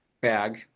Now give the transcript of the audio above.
bag